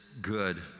good